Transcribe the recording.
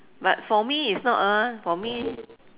but for me it's not ah for me